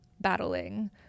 battling